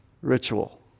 ritual